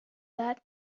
that